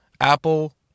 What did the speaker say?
Apple